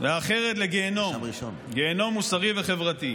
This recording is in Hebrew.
והאחרת לגיהינום, גיהינום מוסרי וחברתי.